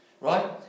Right